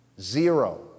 Zero